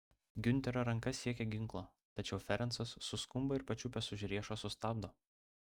giunterio ranka siekia ginklo tačiau ferencas suskumba ir pačiupęs už riešo sustabdo